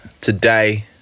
today